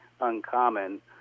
uncommon